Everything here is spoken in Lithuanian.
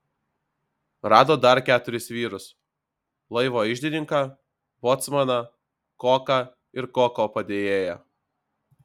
rado dar keturis vyrus laivo iždininką bocmaną koką ir koko padėjėją